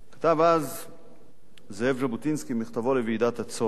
כתב אז זאב ז'בוטינסקי במכתבו לוועידת הצה"ר,